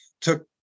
took